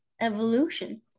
evolution